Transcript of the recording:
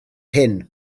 hyn